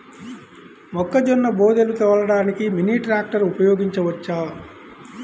మొక్కజొన్న బోదెలు తోలడానికి మినీ ట్రాక్టర్ ఉపయోగించవచ్చా?